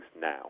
now